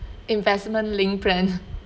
investment-linked plan